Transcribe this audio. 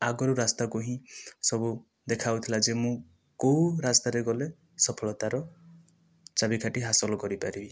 ଆଗରୁ ରାସ୍ତାକୁ ହିଁ ସବୁ ଦେଖାଯାଉଥିଲା ଯେ ମୁଁ କେଉଁ ରାସ୍ତାରେ ଗଲେ ସଫଳତାର ଚାବିକାଠି ହାସଲ କରିପାରିବି